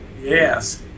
Yes